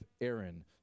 Aaron